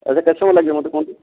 ଆଜ୍ଞା କେତେ ସମୟ ଲାଗିବ ମୋତେ କୁହନ୍ତୁ